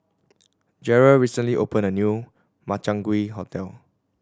Jerrel recently opened a new Makchang Gui restaurant